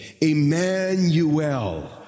Emmanuel